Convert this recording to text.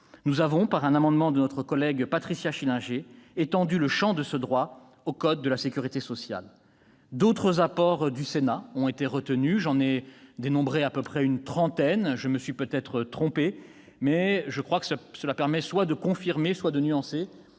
Nous avons, par l'adoption d'un amendement de notre collègue Patricia Schillinger, étendu le champ de ce droit au code de la sécurité sociale. D'autres apports importants du Sénat ont été retenus. J'en ai dénombré à peu près une trentaine ; je me suis peut-être trompé, mais je crois que cela doit nous conduire à nuancer